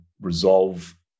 resolve